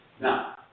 Now